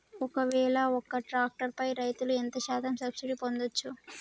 ఒక్కవేల ఒక్క ట్రాక్టర్ పై రైతులు ఎంత శాతం సబ్సిడీ పొందచ్చు?